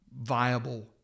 viable